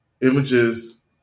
images